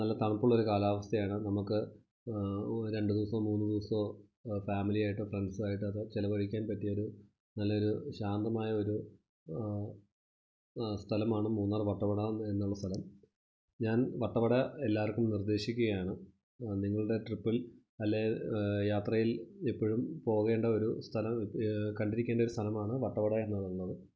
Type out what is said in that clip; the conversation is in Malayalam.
നല്ല തണുപ്പുള്ള ഒരു കാലാവസ്ഥയാണ് നമുക്ക് രണ്ട് ദിവസമോ മൂന്ന് ദിവസമോ ഫാമിലി ആയിട്ടോ ഫ്രണ്ട്സും ആയിട്ടോ ഒക്കെ ചിലവഴിക്കാന് പറ്റിയ ഒരു നല്ല ഒരു ശാന്തമായ ഒരു സ്ഥലമാണ് മൂന്നാര് വട്ടവട എന്നുള്ള സ്ഥലം ഞാന് വട്ടവട എല്ലാവര്ക്കും നിര്ദേശിക്കുകയാണ് നിങ്ങളുടെ ട്രിപ്പില് അല്ലേ യാത്രയില് എപ്പോഴും പോകേണ്ട ഒരു സ്ഥലം കണ്ടിരിക്കേണ്ട ഒരു സ്ഥലമാണ് വട്ടവട എന്നുള്ളത്